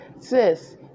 sis